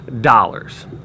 dollars